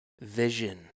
vision